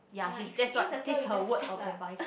ya she that's what this is her words of advice